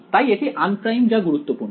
তাই এটি আনপ্রাইম যা গুরুত্বপূর্ণ